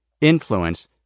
influence